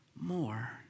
more